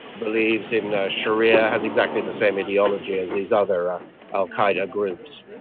believes in ah sharia, has exactly the same ideology as these other ah al qaeda groups.